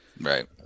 Right